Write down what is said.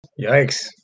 Yikes